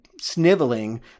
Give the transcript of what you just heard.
sniveling